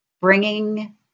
bringing